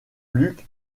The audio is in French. luke